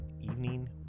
evening